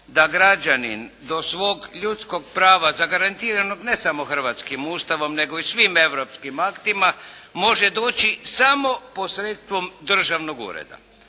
da građanin do svog ljudskog prava zagarantiranog ne samo hrvatskim Ustavom nego i svim europskim aktima, može doći samo posredstvom državnog ureda.